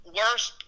worst